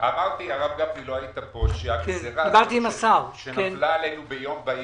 אמרתי לא היית כאן שזה נפל עלינו ביום בהיר.